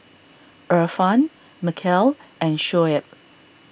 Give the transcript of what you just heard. Irfan Mikhail and Shoaib